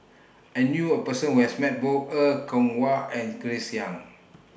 I knew A Person Who has Met Both Er Kwong Wah and Grace Young